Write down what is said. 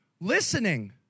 Listening